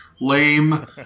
lame